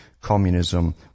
communism